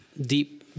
deep